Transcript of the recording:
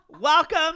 Welcome